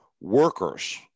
workers